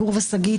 גור ושגית,